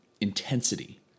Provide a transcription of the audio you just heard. intensity